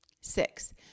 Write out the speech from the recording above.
Six